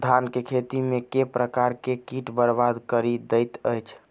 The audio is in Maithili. धान केँ खेती मे केँ प्रकार केँ कीट बरबाद कड़ी दैत अछि?